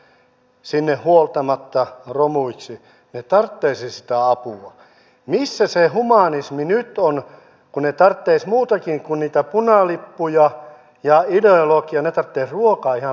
kun olen näiden molempien elyjen ja te keskusten ely puolen e puolen johtoa tavannut niin kyllä siellä on ymmärrys siitä mitkä ovat vaikuttavia toimenpiteitä